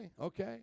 Okay